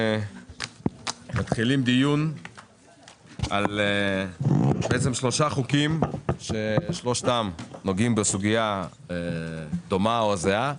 אנחנו מתחילים דיון על שלושה חוקים ששלושתם נוגעים בסוגיה דומה או זהה.